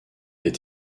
est